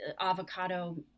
avocado